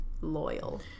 loyal